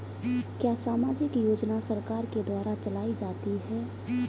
क्या सामाजिक योजना सरकार के द्वारा चलाई जाती है?